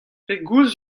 pegoulz